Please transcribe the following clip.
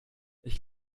ich